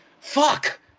fuck